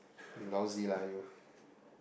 you lousy lah you